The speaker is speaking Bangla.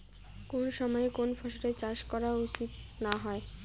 কুন সময়ে কুন ফসলের চাষ করা উচিৎ না হয়?